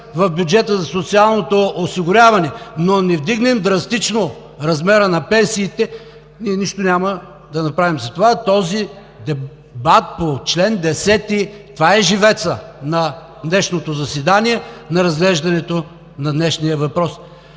в бюджета за социалното осигуряване, но не вдигнем драстично размера на пенсиите, ние нищо няма да направим. Затова дебатът по чл. 10 е живецът на днешното заседание, на разглеждането на днешния въпрос.